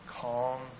calm